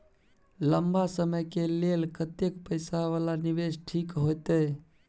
लंबा समय के लेल कतेक पैसा वाला निवेश ठीक होते?